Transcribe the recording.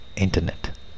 internet